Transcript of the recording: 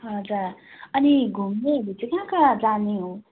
हजुर अनि घुम्नेहरू चाहिँ कहाँ कहाँ जाने हो